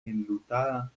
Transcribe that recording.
enlutada